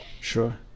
sure